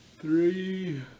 three